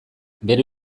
bere